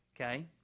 Okay